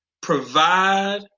Provide